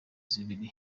zibiri